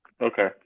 Okay